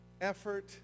effort